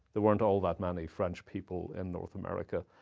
there weren't all that many french people in north america.